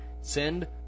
Send